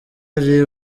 ali